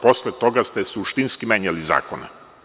Posle toga ste suštinski menjali zakone.